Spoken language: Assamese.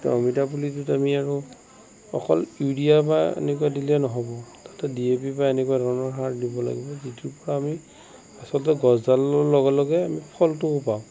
এতিয়া অমিতা পুলিটোত আমি আৰু অকল ইউৰিয়া বা এনেকুৱা দিলে নহ'ব তাতে ডি আই পি বা এনেকুৱা ধৰণৰ সাৰ দিব লাগিব যিটোৰ পৰা আমি আচলতে গছডালৰ লগে লগে আমি ফলটোও পাওঁ